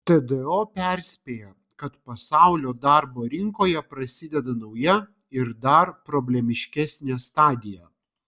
tdo perspėja kad pasaulio darbo rinkoje prasideda nauja ir dar problemiškesnė stadija